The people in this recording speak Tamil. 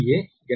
எனவே 0